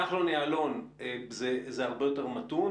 כחלון-יעלון זה הרבה יותר מתון,